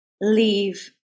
leave